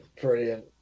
brilliant